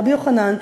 רבי יוחנן,